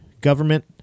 government